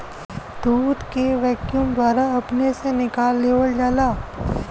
दूध के वैक्यूम द्वारा अपने से निकाल लेवल जाला